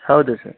ಹೌದು ಸರ್